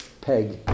peg